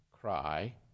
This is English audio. cry